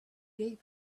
gave